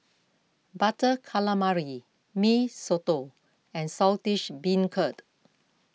Butter Calamari Mee Soto and Saltish Beancurd